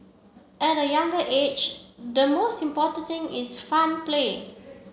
at the younger age the most important thing is fun play